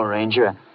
Ranger